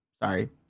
sorry